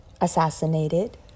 assassinated